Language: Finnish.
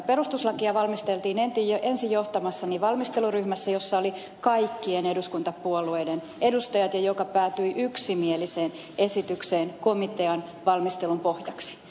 perustuslakia valmisteltiin ensin johtamassani valmisteluryhmässä jossa olivat kaikkien eduskuntapuolueiden edustajat ja joka päätyi yksimieliseen esitykseen komitean valmistelun pohjaksi